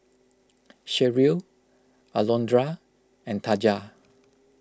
Sherrill Alondra and Taja